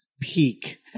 peak